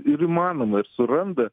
ir įmanoma ir suranda